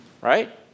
right